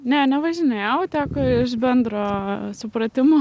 ne nevažinėjau teko iš bendro supratimo